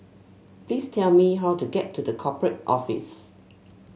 please tell me how to get to The Corporate Office